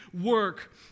work